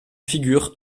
figures